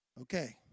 Okay